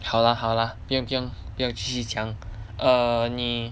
好 lah 好 lah 不用不用不用继续讲 err 你